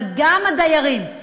אבל גם הדיירים.